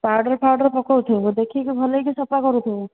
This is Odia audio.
ପାଉଡ଼ର ଫାଉଡ଼ର ପକଉଥିବୁ ଦେଖିକି ଭଲକି ସଫା କରୁଥିବୁ